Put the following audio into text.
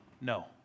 no